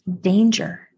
danger